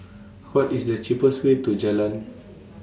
What IS The cheapest Way to Jalan